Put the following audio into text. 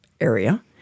area